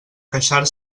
queixar